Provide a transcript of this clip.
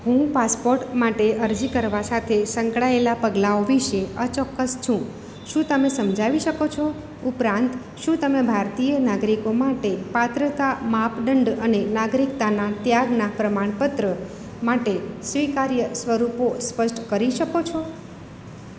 હું પાસપોર્ટ માટે અરજી કરવા સાથે સંકળાયેલાં પગલાંઓ વિશે અચોક્કસ છું શું તમે સમજાવી શકો છો ઉપરાંત શું તમે ભારતીય નાગરિકો માટે પાત્રતા માપદંડ અને નાગરિકતાના ત્યાગનાં પ્રમાણપત્ર માટે સ્વીકાર્ય સ્વરૂપો સ્પષ્ટ કરી શકો છો